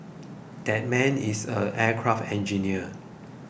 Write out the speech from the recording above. that man is an aircraft engineer